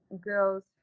girls